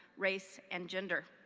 race, and gender.